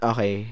Okay